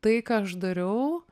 tai ką aš dariau